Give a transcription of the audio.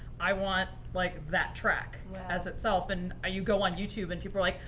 i want like, that track as itself. and ah you go on youtube, and people are like,